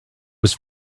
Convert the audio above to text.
was